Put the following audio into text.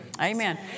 Amen